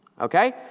okay